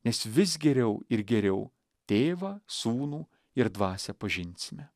nes vis geriau ir geriau tėvą sūnų ir dvasią pažinsime